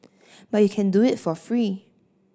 but you can do it for free